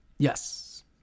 Yes